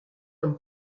comme